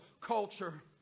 culture